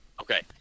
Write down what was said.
Okay